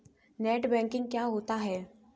Net banking क्या होता है?